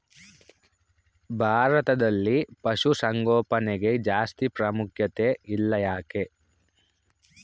ಭಾರತದಲ್ಲಿ ಪಶುಸಾಂಗೋಪನೆಗೆ ಜಾಸ್ತಿ ಪ್ರಾಮುಖ್ಯತೆ ಇಲ್ಲ ಯಾಕೆ?